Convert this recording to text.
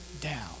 down